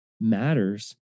matters